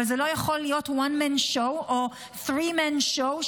אבל זה לא יכול להיות one man show או three man show,